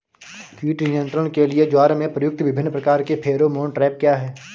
कीट नियंत्रण के लिए ज्वार में प्रयुक्त विभिन्न प्रकार के फेरोमोन ट्रैप क्या है?